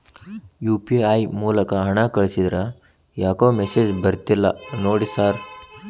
UPI ಮೂಲಕ ಹಣ ಕಳಿಸಿದ್ರ ಯಾಕೋ ಮೆಸೇಜ್ ಬರ್ತಿಲ್ಲ ನೋಡಿ ಸರ್?